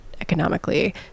economically